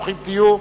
ברוכים תהיו.